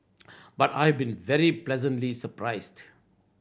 but I've been very pleasantly surprised